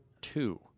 two